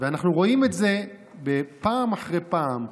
אנחנו רואים את זה פעם אחר פעם.